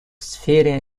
сфере